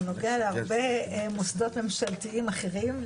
הוא נוגע להרבה מוסדות ממשלתיים אחרים.